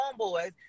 homeboys